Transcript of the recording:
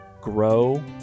grow